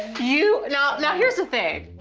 you know. now here's the thing.